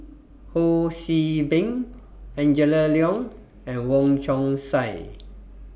Ho See Beng Angela Liong and Wong Chong Sai